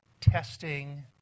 testing